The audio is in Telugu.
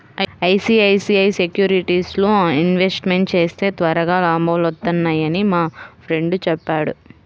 ఐసీఐసీఐ సెక్యూరిటీస్లో ఇన్వెస్ట్మెంట్ చేస్తే త్వరగా లాభాలొత్తన్నయ్యని మా ఫ్రెండు చెప్పాడు